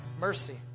mercy